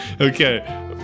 Okay